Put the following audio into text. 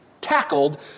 tackled